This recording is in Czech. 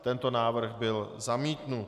Tento návrh byl zamítnut.